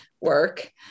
work